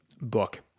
book